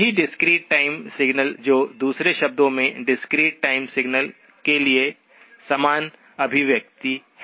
वही discrete time signal जो दूसरे शब्दों में डिस्क्रीट टाइम सिग्नल के लिए समान अभिव्यक्ति है